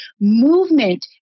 Movement